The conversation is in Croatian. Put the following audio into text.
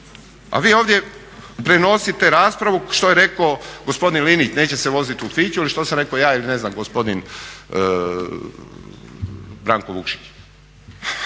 A vi ovdje prenosite raspravu što je rekao gospodin Linić neće se voziti u fići ili što sam rekao ja ili ne znam gospodin Branko Vukšić.